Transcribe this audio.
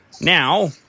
now